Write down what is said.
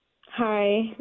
Hi